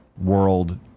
world